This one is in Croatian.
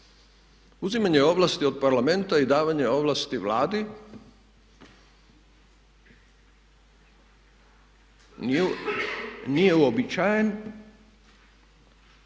Uzimanje ovlasti od Parlamenta i davanje ovlasti Vladi nije uobičajen